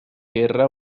guerra